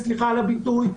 סליחה על הביטוי,